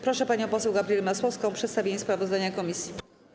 Proszę panią poseł Gabrielę Masłowską o przedstawienie sprawozdania komisji.